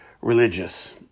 religious